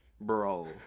Bro